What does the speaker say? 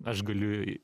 aš galiu i